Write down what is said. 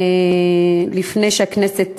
לפני שהכנסת,